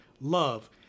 love